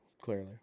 clearly